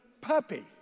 puppy